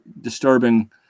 disturbing